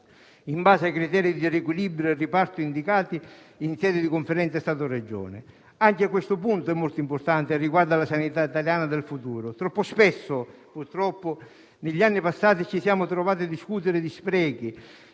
in base ai criteri di riequilibrio e riparto indicati in sede di Conferenza Stato-Regioni. Anche questo punto è molto importante e riguarda la sanità italiana del futuro. Troppo spesso, purtroppo, negli anni passati ci siamo trovati a discutere di sprechi